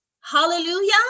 Hallelujah